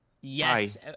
yes